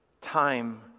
time